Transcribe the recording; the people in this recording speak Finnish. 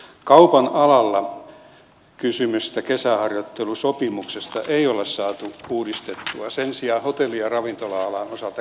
kaupan alalla kysymystä kesäharjoittelusopimuksesta ei ole saatu uudistettua sen sijaan hotelli ja ravintola alan osalta kylläkin